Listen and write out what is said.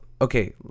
okay